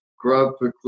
graphically